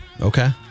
Okay